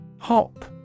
hop